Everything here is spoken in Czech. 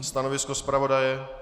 Stanovisko zpravodaje?